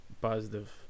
positive